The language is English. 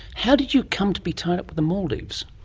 how did you come to be tied up with the maldives?